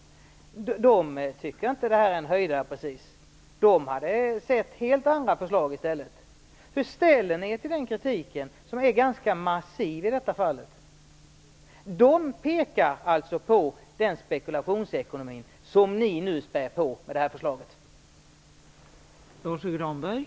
Där tycker man inte precis att detta förslag är någon "höjdare". De hade hellre sett helt andra förslag. Hur ställer ni er till den kritiken, som är ganska massiv? De pekar på att ni nu med detta förslag spär på en spekulationsekonomi.